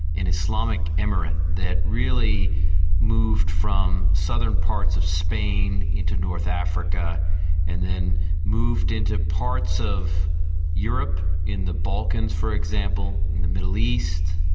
islamic emirate that really moved from southern parts of spain into north africa and then moved into parts of europe, in the balkans for example, in the middle east,